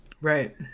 right